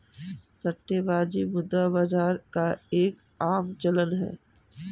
सट्टेबाजी मुद्रा बाजार का एक आम चलन है